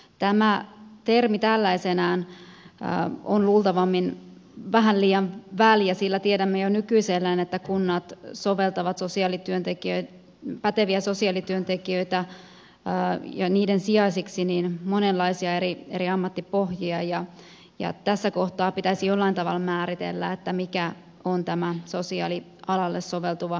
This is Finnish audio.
tämä termi tällaisenaan on luultavimmin vähän liian väljä sillä tiedämme jo nykyisellään että kunnat soveltavat päteviksi sosiaalityöntekijöiksi ja heidän sijaisikseen monenlaisia eri ammattipohjia ja tässä kohtaa pitäisi jollain tavalla määritellä mikä on tämä sosiaalialalle soveltuva korkeakoulututkinto